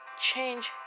Change